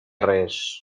res